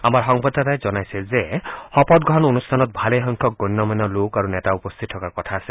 আমাৰ সংবাদদাতাই জনাইছে যে শপতগ্ৰহণ অনুষ্ঠানত ভালেসংখ্যক গণ্য মান্য লোক আৰু নেতা উপস্থিত থকাৰ কথা আছে